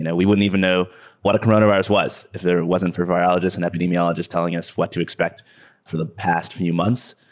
we wouldn't even know what a coronavirus was if there wasn't for biologists and epidemiologists telling us what to expect for the past few months.